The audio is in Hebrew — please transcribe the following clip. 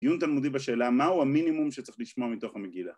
‫דיון תלמודי בשאלה מהו המינימום ‫שצריך לשמוע מתוך המגילה?